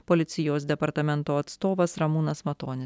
policijos departamento atstovas ramūnas matonis